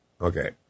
Okay